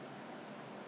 err 那个什么